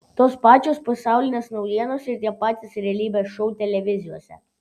tos pačios pasaulinės naujienos ir tie patys realybės šou televizijose